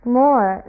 more